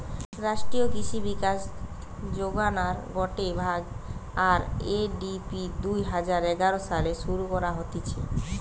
রাষ্ট্রীয় কৃষি বিকাশ যোজনার গটে ভাগ, আর.এ.ডি.পি দুই হাজার এগারো সালে শুরু করা হতিছে